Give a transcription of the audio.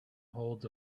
holds